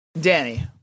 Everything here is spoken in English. Danny